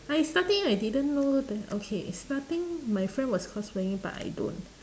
I starting I didn't know th~ okay starting my friend was cosplaying but I don't